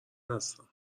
هستم